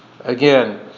again